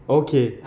okay